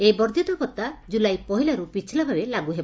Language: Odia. ଏହି ବର୍ବ୍ବିତ ଭତ୍ତା ଜୁଲାଇ ପହିଲାରୁ ପିଛିଲା ଭାବେ ଲାଗୁ ହେବ